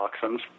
toxins